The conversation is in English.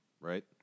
right